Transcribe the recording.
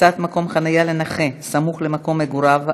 (הקצאת מקום חניה לנכה סמוך למקום מגוריו),